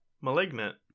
malignant